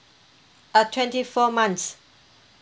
uh twenty four months